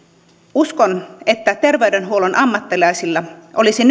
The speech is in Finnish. uskon että terveydenhuollon ammattilaisilla olisi